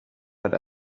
right